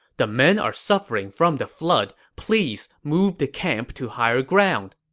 the men are suffering from the flood. please move the camp to higher ground.